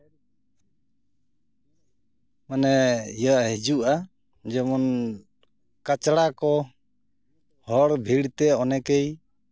ᱢᱟᱱᱮ ᱤᱭᱟᱹ ᱦᱤᱡᱩᱜᱼᱟ ᱡᱮᱢᱚᱱ ᱠᱟᱪᱲᱟ ᱠᱚ ᱦᱚᱲ ᱵᱷᱤᱲᱛᱮ ᱚᱱᱮᱠᱮᱭ